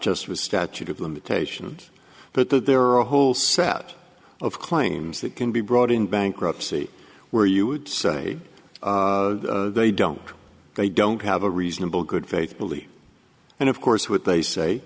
just with statute of limitations but that there are a whole set of claims that can be brought in bankruptcy where you would say they don't they don't have a reasonable good faith belief and of course what they say